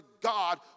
God